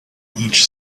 each